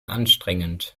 anstrengend